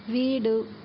வீடு